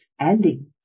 ending